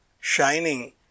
shining